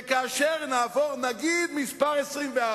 וכאשר נעבור, נגיד את מספר 24,